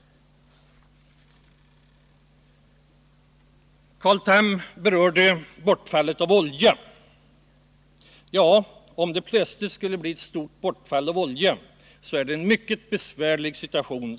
Carl Tham berörde bortfallet av olja. Skulle det plötsligt bli ett bortfall av olja kommer landet i en mycket besvärlig situation.